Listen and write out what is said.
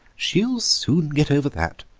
she'll soon get over that,